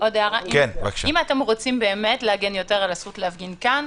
אם אתם רוצים באמת להגן יותר על הזכות להפגין כאן,